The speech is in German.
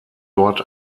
dort